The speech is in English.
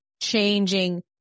changing